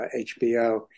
HBO